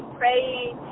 praying